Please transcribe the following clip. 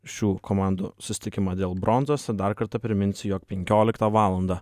šių komandų susitikimą dėl bronzos dar kartą priminsiu jog penkioliktą valandą